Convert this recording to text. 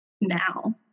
now